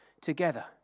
together